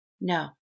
No